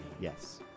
Yes